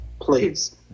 Please